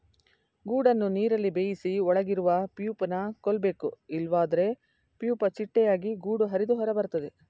ಗೂಡನ್ನು ನೀರಲ್ಲಿ ಬೇಯಿಸಿ ಒಳಗಿರುವ ಪ್ಯೂಪನ ಕೊಲ್ಬೇಕು ಇಲ್ವಾದ್ರೆ ಪ್ಯೂಪ ಚಿಟ್ಟೆಯಾಗಿ ಗೂಡು ಹರಿದು ಹೊರಬರ್ತದೆ